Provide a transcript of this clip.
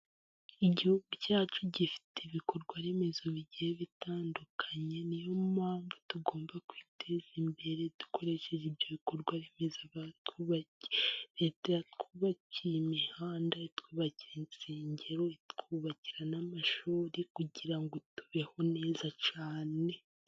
Igihugu cyacu gifite ibikorwa remezo bigiye bitandukanye, niyo mpamvu tugomba kwiteza imbere dukoresheje ibyo bikorwa remezo bya twubakiwe, leta yatwubakiye imihanda, yatwubakiye insengero, itwubakira n'amashuri kugira ngo tubeho neza cyane.